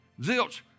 Zilch